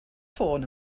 ffôn